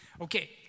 Okay